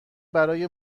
برای